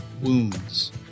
wounds